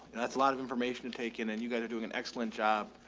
and that's a lot of information to take in and you guys are doing an excellent job.